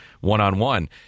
one-on-one